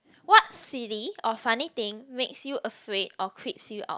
what silly or funny thing makes you afraid or creeps you out